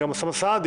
גם אוסאמה סעדי